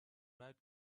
write